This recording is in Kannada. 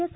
ಎಸ್